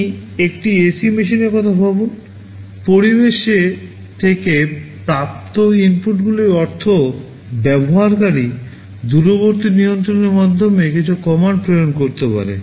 আপনি একটি এসি মেশিনের কথা ভাবেন পরিবেশ থেকে প্রাপ্ত ইনপুটগুলির অর্থ ব্যবহারকারী দূরবর্তী নিয়ন্ত্রণের মাধ্যমে কিছু কমান্ড প্রেরণ করতে পারে